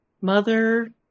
Mother